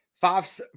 Five